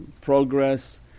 progress